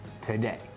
today